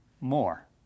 more